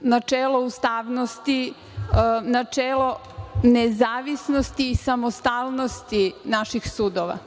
načelo ustavnosti, načelo nezavisnosti i samostalnosti naših sudova.